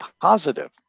positive